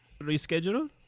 reschedule